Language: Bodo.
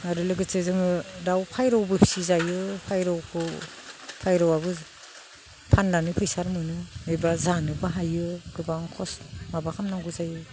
आरो लोगोसे जोङो दाउ फारौबो फिसिजायो फारौआबो फाननानै फैसा मोनो एबा जानोबो हायो गोबां खस्त' माबा खालामनांगौ जायो